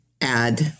add